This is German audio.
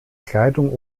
kleidung